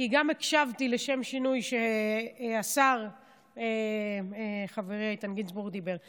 כי גם הקשבתי לשם שינוי כשהשר חברי איתן גינזבורג דיבר.